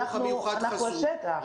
המיוחד חוזר ללימודים.